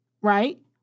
Right